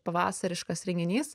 pavasariškas renginys